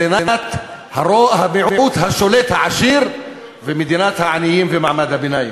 מדינת המיעוט השולט העשיר ומדינת העניים ומעמד הביניים.